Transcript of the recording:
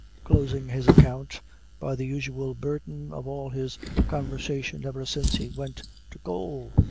closing his account by the usual burthen of all his conversation ever since he went to gaol